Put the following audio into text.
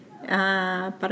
Para